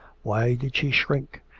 why did she shrink?